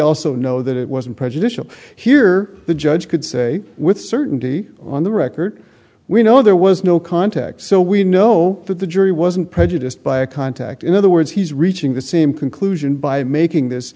also know that it wasn't prejudicial here the judge could say with certainty on the record we know there was no contact so we know that the jury wasn't prejudiced by a contact in other words he's reaching the same conclusion by making this